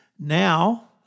Now